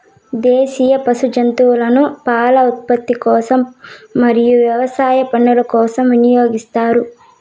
దేశీయ పశు జాతులను పాల ఉత్పత్తి కోసం మరియు వ్యవసాయ పనుల కోసం వినియోగిస్తారు